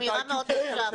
זו אמירה מאוד קשה.